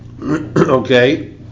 Okay